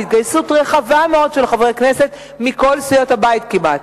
בהתגייסות רחבה מאוד של חברי כנסת מכל סיעות הבית כמעט.